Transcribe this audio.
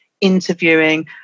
interviewing